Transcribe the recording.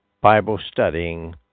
Bible-studying